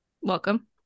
Welcome